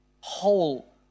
whole